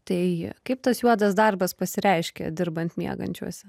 tai kaip tas juodas darbas pasireiškia dirbant miegančiuose